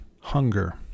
hunger